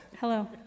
Hello